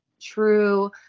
true